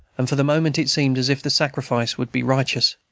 and for the moment it seemed as if the sacrifice would be righteous.